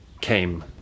came